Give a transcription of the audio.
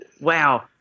wow